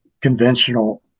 conventional